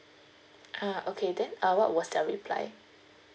ah okay then uh what was their reply